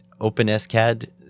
OpenSCAD